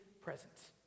presence